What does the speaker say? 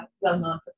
well-known